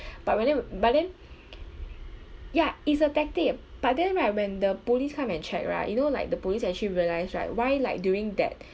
but when it but then ya is a tactic but then right when the police come and check right you know like the police actually realised right why like during that